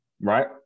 right